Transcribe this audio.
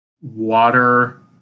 Water